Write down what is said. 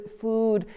food